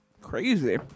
Crazy